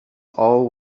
all